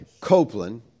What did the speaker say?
Copeland